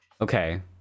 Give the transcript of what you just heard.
Okay